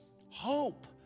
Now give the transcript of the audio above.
hope